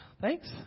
thanks